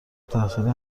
تحصیل